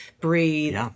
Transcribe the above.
breathe